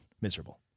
miserable